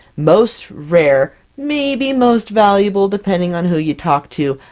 most rare, maybe most valuable depending on who you talk to,